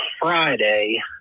Friday